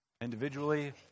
individually